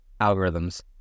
algorithms